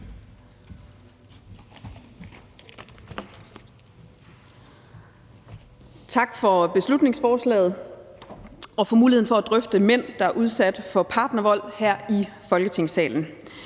Tak for beslutningsforslaget og for muligheden for at drøfte mænd, der er udsat for partnervold, her i Folketingssalen.